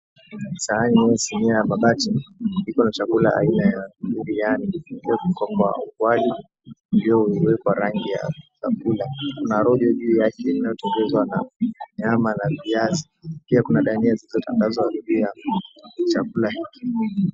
Sahani ya sinia ya mabati iko na chakula aina ya biriani uliopikwa kwa wali uliowekewa rangi ya chakula. Kuna rojo juu yake iliyotengenezwa na nyama na viazi. Pia kuna dania zilizotandazwa juu ya chakula hiki.